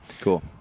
Cool